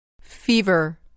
Fever